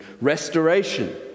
restoration